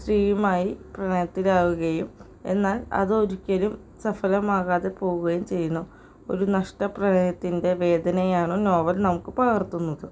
സ്ത്രീയുമായി പ്രണയത്തിലാവുകയും എന്നാൽ അതൊരിക്കലും സഫലം ആകാതെ പോവുകയും ചെയ്യുന്നു ഒരു നഷ്ട പ്രണയത്തിൻ്റെ വേദനയാണ് നോവൽ നമുക്ക് പകർത്തുന്നത്